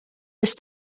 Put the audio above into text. ist